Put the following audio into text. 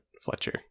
Fletcher